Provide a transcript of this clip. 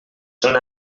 són